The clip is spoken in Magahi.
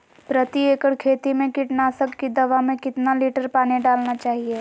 प्रति एकड़ खेती में कीटनाशक की दवा में कितना लीटर पानी डालना चाइए?